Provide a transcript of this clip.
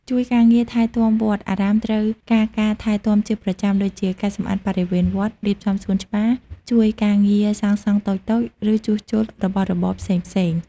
ជួយការងារថែទាំវត្ត អារាមត្រូវការការថែទាំជាប្រចាំ ដូចជាការសម្អាតបរិវេណវត្ត រៀបចំសួនច្បារ ជួយការងារសាងសង់តូចៗ ឬជួសជុលរបស់របរផ្សេងៗ។